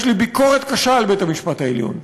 יש לי ביקורת קשה על בית-המשפט העליון.